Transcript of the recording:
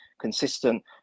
consistent